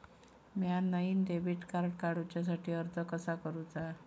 म्या नईन debit card काडुच्या साठी अर्ज कसा करूचा?